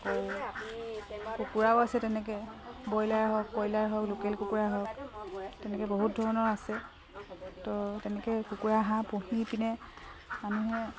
আকৌ কুকুৰাও আছে তেনেকৈ ব্ৰইলাৰ হওক কইলাৰ হওক লোকেল কুকুৰা হওক তেনেকৈ বহুত ধৰণৰ আছে তো তেনেকৈয়ে কুকুৰা হাঁহ পুহি পিনে মানুহে